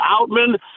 Outman